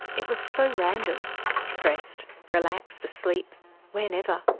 it was so random stressed, relaxed, asleep, whenever,